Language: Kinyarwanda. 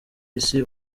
isi